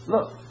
Look